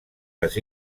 les